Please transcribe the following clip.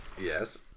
Yes